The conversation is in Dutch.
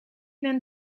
een